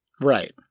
Right